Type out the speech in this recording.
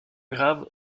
grave